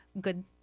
good